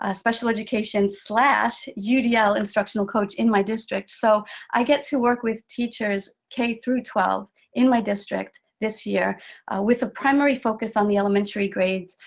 ah special education so yeah udl instructional coach in my district. so i get to work with teachers, k through twelve, in my district this year with the primary focus on the elementary grades,